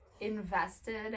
invested